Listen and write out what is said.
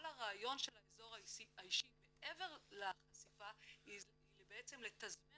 כל הרעיון של האזור האישי מעבר לחשיפה היא בעצם לתזמן